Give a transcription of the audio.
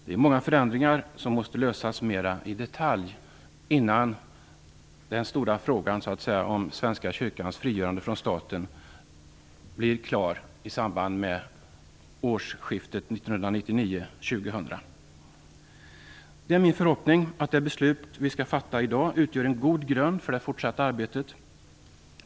Det är många förändringar som måste klaras av mera i detalj innan den stora frågan om Svenska kyrkans frigörande från staten blir klar i samband med årsskiftet 1999/2000. Det är min förhoppning att det beslut vi skall fatta i dag utgör en god grund för det fortsatta arbetet.